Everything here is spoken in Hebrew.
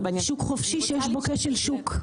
שוק חופשי שיש בו כשל שוק.